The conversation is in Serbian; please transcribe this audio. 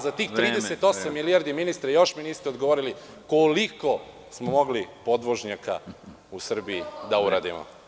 Za tih 38 milijardi, ministre, još mi niste odgovorili, koliko smo mogli podvožnjaka u Srbiji da uradimo.